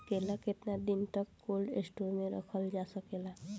केला केतना दिन तक कोल्ड स्टोरेज में रखल जा सकेला?